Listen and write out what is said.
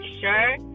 sure